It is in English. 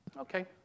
Okay